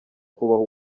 kubaho